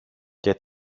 και